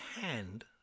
hand